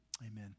Amen